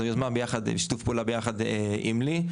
זה שיתוף פעולה ביחד עם לי,